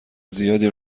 زیادی